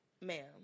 ma'am